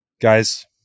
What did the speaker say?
Guys